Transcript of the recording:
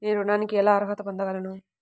నేను ఋణానికి ఎలా అర్హత పొందగలను?